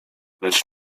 lecz